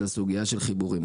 הוא הסוגייה של חיבורים.